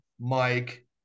Mike